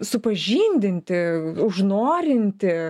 supažindinti užnorinti